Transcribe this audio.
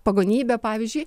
pagonybė pavyzdžiui